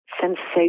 sensation